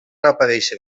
aparèixer